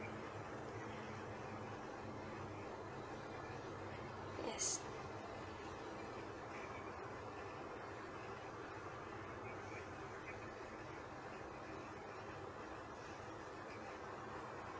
yes